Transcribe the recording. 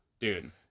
Dude